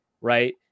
right